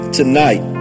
tonight